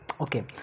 Okay